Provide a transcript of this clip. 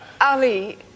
Ali